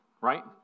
right